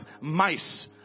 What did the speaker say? mice